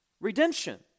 redemption